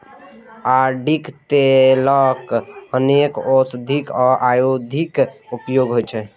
अरंडीक तेलक अनेक औषधीय आ औद्योगिक उपयोग होइ छै